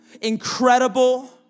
incredible